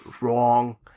Wrong